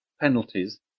penalties